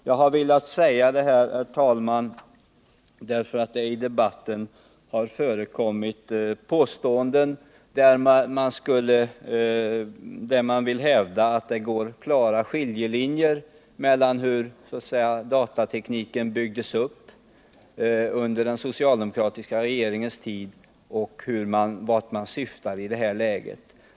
Jag har velat säga det här, herr talman, därför att det i debatten har förekommit uttalanden där man vill hävda att det går klara skiljelinjer mellan hur datatekniken byggdes upp under den socialdemokratiska tiden och vart man syftar i det här läget.